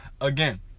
again